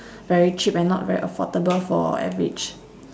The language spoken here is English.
very cheap and not very affordable for average